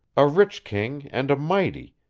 a rich king and a mighty,